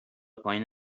پایین